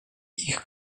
ich